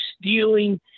stealing